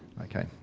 okay